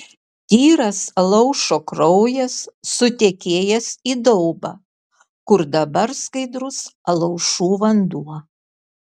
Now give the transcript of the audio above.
tyras alaušo kraujas sutekėjęs į daubą kur dabar skaidrus alaušų vanduo